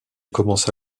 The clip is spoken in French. commença